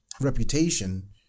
reputation